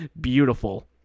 Beautiful